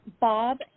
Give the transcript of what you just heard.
Bob